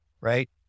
right